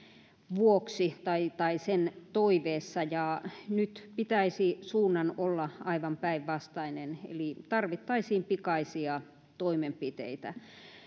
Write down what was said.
vuoksi tai tai sen toiveessa nyt pitäisi suunnan olla aivan päinvastainen eli tarvittaisiin pikaisia toimenpiteitä